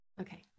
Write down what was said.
Okay